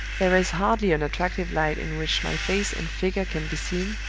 there is hardly an attractive light in which my face and figure can be seen,